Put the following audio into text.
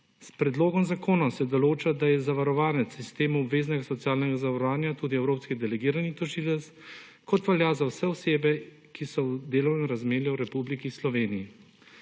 S predlogom zakona se določa, da je zavarovanec v sistemu obveznega socialnega zavarovanja tudi evropski delegirani tožilec, kot velja za vse osebe, ki so v delovnem razmerju v Republiki Sloveniji.